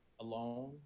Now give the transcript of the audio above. alone